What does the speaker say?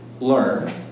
learn